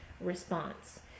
response